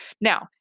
Now